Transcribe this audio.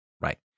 Right